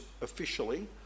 officially